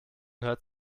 hört